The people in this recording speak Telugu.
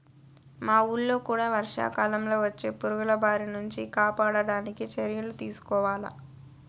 మా వూళ్ళో కూడా వర్షాకాలంలో వచ్చే పురుగుల బారి నుంచి కాపాడడానికి చర్యలు తీసుకోవాల